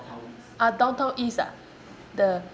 ah downtown east ah the